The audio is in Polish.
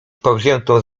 powziętą